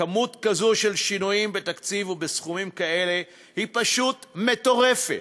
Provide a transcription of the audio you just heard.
כמות כזו של שינויים בתקציב ובסכומים כאלו היא פשוט מטורפת,